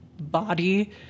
body